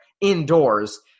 indoors